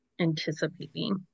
anticipating